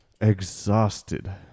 exhausted